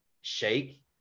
shake